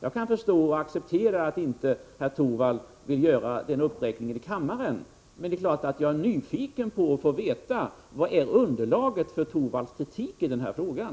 Jag kan förstå och acceptera att herr Torwald inte vill göra någon uppräkning av sina källor här i kammaren, men naturligtvis är jag nyfiken på att få veta vad som är underlaget för herr Torwalds kritik i den här frågan.